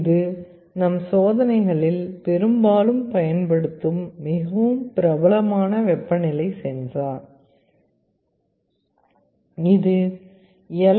இது நம் சோதனைகளில் பெரும்பாலும் பயன்படுத்தும் மிகவும் பிரபலமான வெப்பநிலை சென்சார் இது எல்